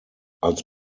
als